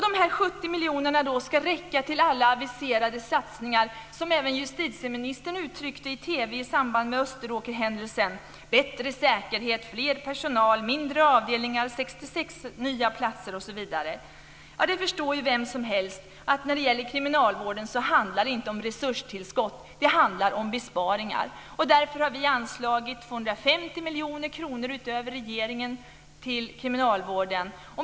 Dessa 70 miljoner ska räcka till alla aviserade satsningar som justitieministern talade om i TV i samband med Österåkershändelsen, till bättre säkerhet, mer personal, mindre avdelningar, 66 nya platser osv. Det förstår vem som helst att när det gäller kriminalvården handlar det inte om resurstillskott, det handlar om besparingar. Här har vi anslagit 250 miljoner kronor utöver regeringens anslag till kriminalvården.